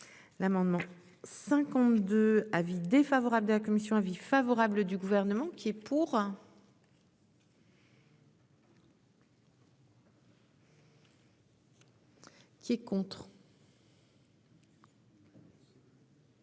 L'amendement 52. Avis défavorable de la commission. Avis favorable du gouvernement qui est pour. Pas adopté.